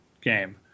game